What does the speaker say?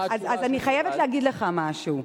אז אני חייבת להגיד לך משהו.